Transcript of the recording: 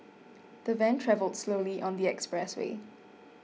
the van travelled slowly on the expressway